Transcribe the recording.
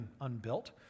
unbuilt